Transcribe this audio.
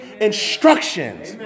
instructions